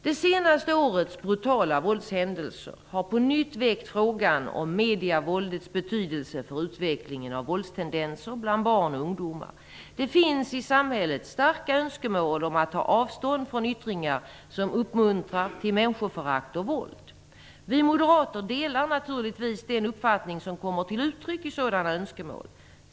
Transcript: Det senaste årets brutala våldshändelser har på nytt väckt frågan om medievåldets betydelse för utvecklingen av våldstendenser bland barn och ungdomar. Det finns i samhället starka önskemål om att ta avstånd från yttringar som uppmuntrar till människoförakt och våld. Vi moderater delar naturligtvis den uppfattning som kommer till uttryck i sådana önskemål.